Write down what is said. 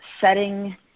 setting